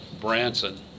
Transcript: Branson